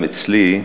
גם אצלי,